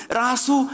rasu